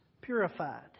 purified